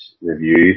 review